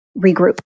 regroup